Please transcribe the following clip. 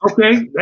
Okay